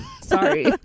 Sorry